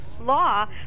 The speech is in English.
law